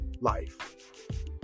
life